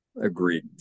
Agreed